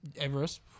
Everest